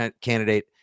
candidate